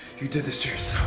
you did this to yourself.